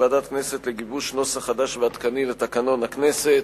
ועדת הכנסת לגיבוש נוסח חדש ועדכני של תקנון הכנסת.